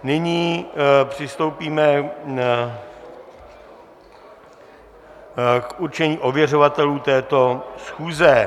Nyní přistoupíme k určení ověřovatelů této schůze.